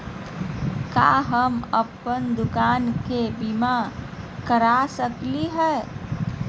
का हम अप्पन दुकान के बीमा करा सकली हई?